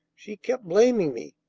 she kept blaming me,